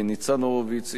ניצן הורוביץ,